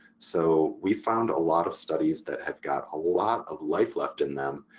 so we found a lot of studies that have got a lot of life left in them,